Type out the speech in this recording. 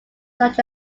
such